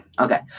Okay